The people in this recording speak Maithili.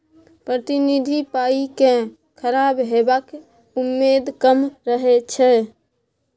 प्रतिनिधि पाइ केँ खराब हेबाक उम्मेद कम रहै छै